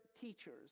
teachers